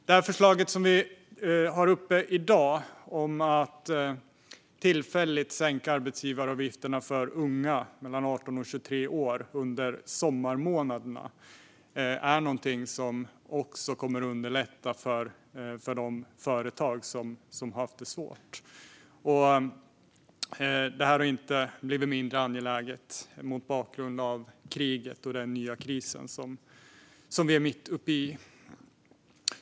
Det förslag som vi tar upp i dag handlar om att tillfälligt sänka arbetsgivaravgifterna för unga mellan 18 och 23 år under sommarmånaderna. Detta är något som kommer att underlätta för de företag som har haft det svårt, och det har inte blivit mindre angeläget mot bakgrund av kriget och den nya kris som vi är mitt uppe i.